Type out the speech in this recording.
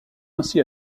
ainsi